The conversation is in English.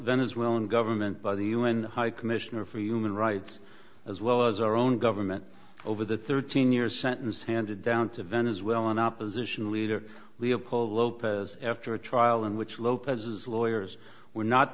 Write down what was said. venezuelan government by the un high commissioner for human rights as well as our own government over the thirteen year sentence handed down to venezuelan opposition leader leopoldo lopez after a trial in which lopez's lawyers were not